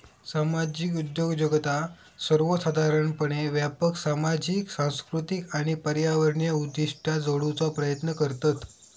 सामाजिक उद्योजकता सर्वोसाधारणपणे व्यापक सामाजिक, सांस्कृतिक आणि पर्यावरणीय उद्दिष्टा जोडूचा प्रयत्न करतत